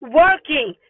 working